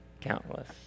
Countless